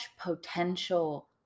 potential